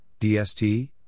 DST